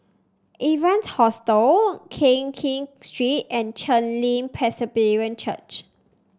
Evans Hostel Keng Kiat Street and Chen Li Presbyterian Church